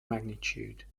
magnitude